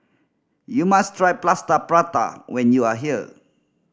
you must try Plaster Prata when you are here